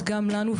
לכן, אנחנו,